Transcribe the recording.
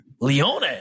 Leone